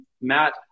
Matt